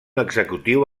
executiu